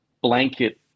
blanket